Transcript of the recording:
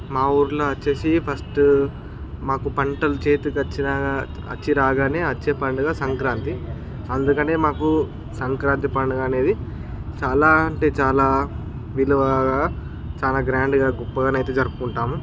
మా ఊరిలో వచ్చి ఫస్ట్ మాకు పంటలు చేతుకి వచ్చి రా వచ్చి రాగానే వచ్చే పండుగ సంక్రాంతి అందుకనే మాకు సంక్రాంతి పండుగ అనేది చాలా అంటే చాలా విలువగా చాలా గ్రాండ్గా గొప్పగానైతే జరుపుకుంటాము